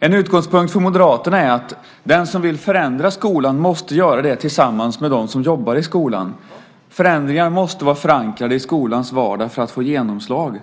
En utgångspunkt för Moderaterna är att den som vill förändra skolan måste göra det tillsammans med dem som jobbar i skolan. Förändringar måste vara förankrade i skolans vardag för att få genomslag.